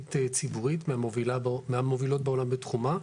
ישראלית ציבורית מהמובילות בעולם בתחומה.